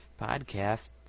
podcast